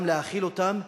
גם להאכיל אותם.